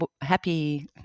happy